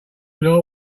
law